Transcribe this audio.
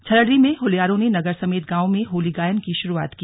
छलड़ी में होल्यारों ने नगर समेत गांवों में होली गायन की शुरूआत की